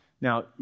Now